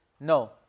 No